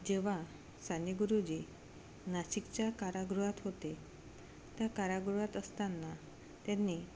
जेव्हा साने गुरुजी नाशिकच्या कारागृहात होते त्या कारागृहात असताना त्यांनी